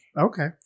Okay